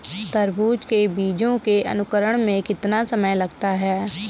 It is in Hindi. तरबूज के बीजों के अंकुरण में कितना समय लगता है?